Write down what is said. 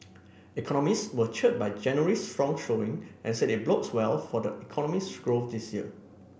economists were cheered by January's strong showing and said it bodes well for the economy's growth this year